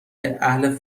اهل